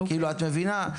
את מבינה?